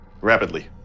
rapidly